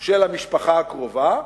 של המשפחה הקרובה,